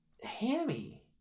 hammy